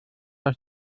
aus